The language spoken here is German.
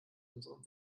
unserem